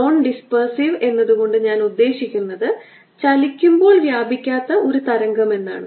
non-dispersive എന്നതുകൊണ്ട് ഞാൻ ഉദ്ദേശിക്കുന്നത് ചലിക്കുമ്പോൾ വ്യാപിക്കാത്ത ഒരു തരംഗം എന്നാണ്